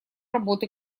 работы